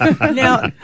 Now